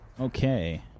Okay